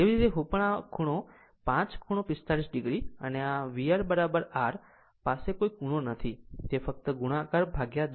તેવી જ રીતે હું પણ આ એક 5 ખૂણો 45 o અને VR R પાસે કોઈ ખૂણો નથી તે ફક્ત ગુણાકાર દસ છે